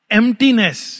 emptiness